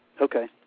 Okay